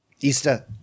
Easter